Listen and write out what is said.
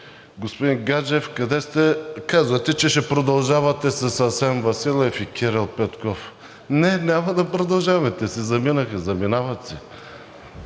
Господин Гаджев, казвате, че ще продължавате с Асен Василев и Кирил Петков. Не, няма да продължаваме – те си заминаха, заминават си.